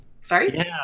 Sorry